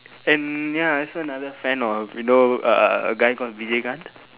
and ya I saw another fan of you know uh a guy called vijayakanth